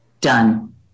Done